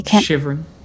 shivering